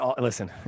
listen